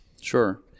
Sure